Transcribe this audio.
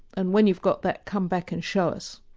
and when you've got that come back and show us.